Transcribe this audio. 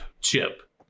Chip